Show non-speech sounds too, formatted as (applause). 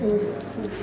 (unintelligible)